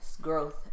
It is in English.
growth